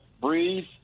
breathe